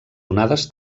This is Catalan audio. onades